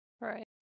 Right